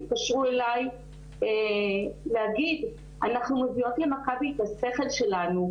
התקשרו אליי להגיד "אנחנו מביאות למכבי את השכל שלנו,